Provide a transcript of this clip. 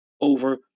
over